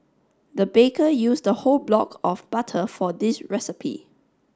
the baker used a whole block of butter for this recipe